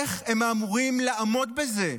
איך הם אמורים לעמוד בזה?